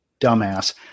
dumbass